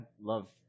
love